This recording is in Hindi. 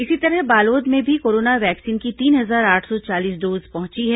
इसी तरह बालोद में भी कोरोना वैक्सीन की तीन हजार आठ सौ चालीस डोज पहुंची है